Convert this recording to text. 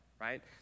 right